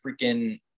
freaking